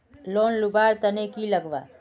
Loan लुवा र तने की लगाव?